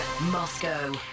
moscow